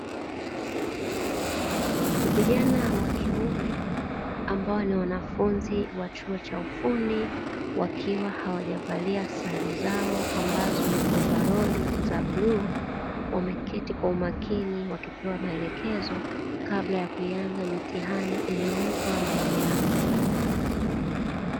Vijana wa kiume ambao ni wanafunzi wa chuo cha ufundi, wakiwa hawajavalia sare zao ambazo ni ovaroli za bluu, wameketi kwa umakini wakipewa maelekezo kabla ya kuianza mitihani iliyowekwa mbele yao.